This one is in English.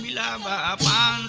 la um la um la